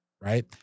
Right